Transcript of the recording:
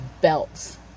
belts